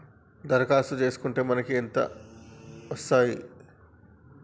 దరఖాస్తు చేస్కుంటే మనకి ఎంత వస్తాయి?